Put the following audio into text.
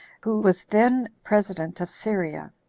who was then president of syria,